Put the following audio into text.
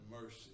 mercy